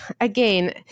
again